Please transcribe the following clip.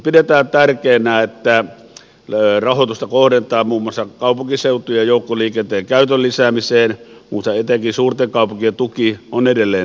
pidetään tärkeänä että rahoitusta kohdennetaan muun muassa kaupunkiseutujen joukkoliikenteen käytön lisäämiseen mutta etenkin suurten kaupunkien tuki on edelleen varsin vähäinen